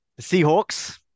Seahawks